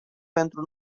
pentru